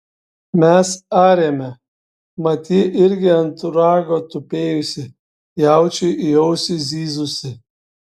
mes arėme mat ji irgi ant rago tupėjusi jaučiui į ausį zyzusi